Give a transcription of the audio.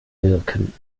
wirken